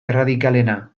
erradikalena